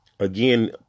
Again